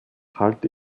halte